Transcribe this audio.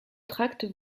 tracts